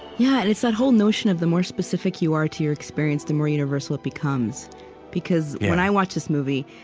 yeah, and it's that whole notion of the more specific you are to your experience, the more universal it becomes because when i watch this movie,